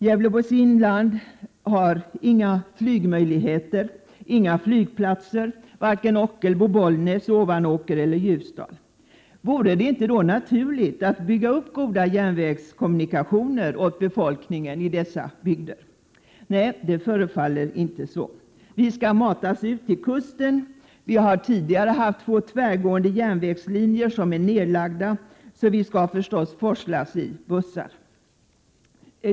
Gävleborgs inland har inga flygmöjligheter — det finns inga flygplatser i vare sig Ockelbo, Bollnäs, Ovanåker eller Ljusdal. Vore det inte då naturligt att bygga upp goda järnvägskommunikationer åt befolkningen i dessa bygder? Nej, det förefaller inte så. Vi skall matas ut till kusten. Vi har tidigare haft våra tvärgående järnvägslinjer, som nu är nedlagda, och vi skall förstås forslas i bussar.